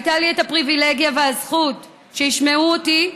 הייתה לי הפריבילגיה והזכות שישמעו אותי,